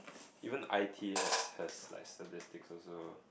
even I T has has like statistics also